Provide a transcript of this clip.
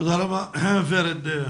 תודה רבה, ורד.